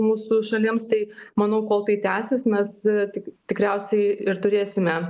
mūsų šalims tai manau kol tai tęsis mes tik tikriausiai ir turėsime